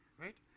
right